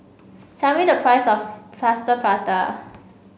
tell me the price of Plaster Prata